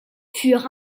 furent